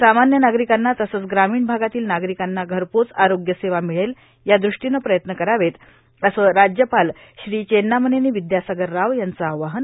सामान्य नागरिकांना तसेच ग्रामीण भागातील नागरिकांना घरपोच आरोग्य सेवा मिळेल या दृष्टीने प्रयत्न करावेत असे राज्यपाल चेन्नामनेनी विद्यासागर राव यांच आवाहन